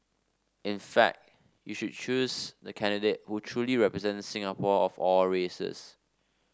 in fact you should choose the candidate who truly represents Singapore of all races